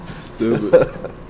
Stupid